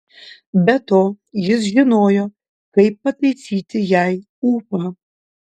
be to jis žinojo kaip pataisyti jai ūpą